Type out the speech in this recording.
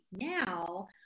now